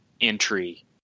entry